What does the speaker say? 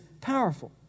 powerful